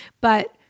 But-